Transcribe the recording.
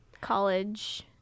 College